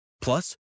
Plus